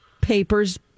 papers